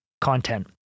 content